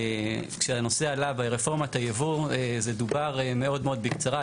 כשהנושא עלה ברפורמת הייבוא זה דובר מאוד מאוד בקצרה.